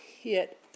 hit